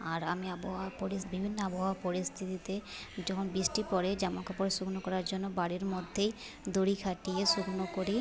আর আমি আবহাওয়া পরিস বিভিন্ন আবহাওয়া পরিস্থিতিতে যখন বৃষ্টি পড়ে জামাকাপড় শুকনো করার জন্য বাড়ির মধ্যেই দড়ি খাটিয়ে শুকনো করি